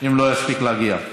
אם לא יספיק להגיע.